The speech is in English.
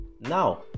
Now